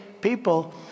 people